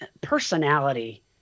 personality